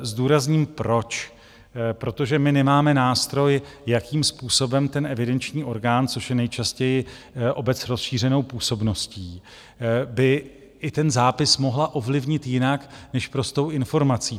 Zdůrazním proč protože my nemáme nástroj, jakým způsobem evidenční orgán, což je nejčastěji obec s rozšířenou působností, by i ten zápis mohla ovlivnit jinak než prostou informací.